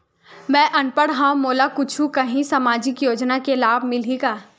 मैं अनपढ़ हाव मोला कुछ कहूं सामाजिक योजना के लाभ मिलही का?